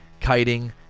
kiting